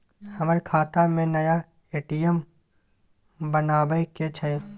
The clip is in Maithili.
हमर खाता में नया ए.टी.एम बनाबै के छै?